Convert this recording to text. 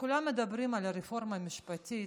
כולם מדברים על הרפורמה המשפטית,